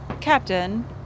Captain